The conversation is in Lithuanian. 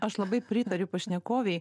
aš labai pritariu pašnekovei